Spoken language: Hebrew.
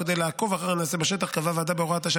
כדי לעקוב אחרי הנעשה בשטח קבעה הוועדה בהוראת השעה